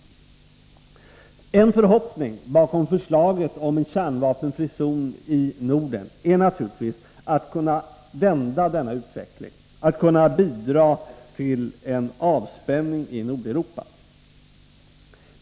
En förhoppning bakom förslaget om en kärnvapenfri zon i Norden är naturligtvis att kunna vända denna utveckling och bidra till en avspänning i Nordeuropa.